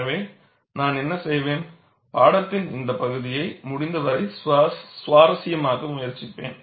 எனவே நான் என்ன செய்வேன் பாடத்தின் இந்த பகுதியை முடிந்தவரை சுவாரஸ்யமாக்க முயற்சிப்பேன்